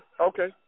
Okay